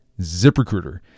ZipRecruiter